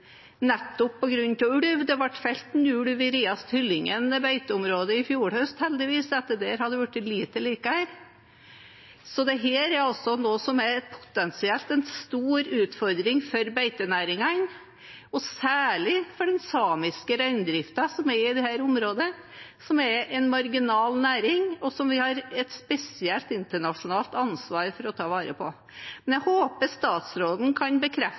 nettopp på grunn av ulv. Det ble heldigvis felt en ulv i Riast/Hylling beiteområde i fjor høst. Etter det har det blitt litt bedre. Dette er noe som potensielt er en stor utfordring for beitenæringene og særlig for den samiske reindriften i dette området, som er en marginal næring, og som vi har et spesielt internasjonalt ansvar for å ta vare på. Jeg håper statsråden kan bekrefte